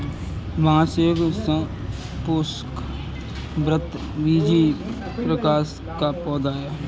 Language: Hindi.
बांस एक सपुष्पक, आवृतबीजी प्रकार का पौधा है